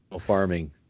farming